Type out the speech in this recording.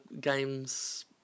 games